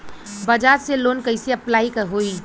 बजाज से लोन कईसे अप्लाई होई?